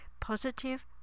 positive